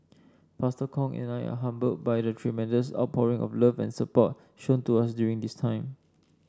Pastor Kong and I are humbled by the tremendous outpouring of love and support shown to us during this time